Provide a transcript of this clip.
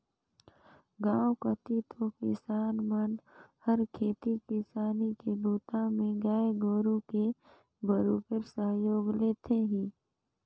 गांव कति तो किसान मन हर खेती किसानी के बूता में गाय गोरु के बरोबेर सहयोग लेथें ही